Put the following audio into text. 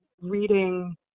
reading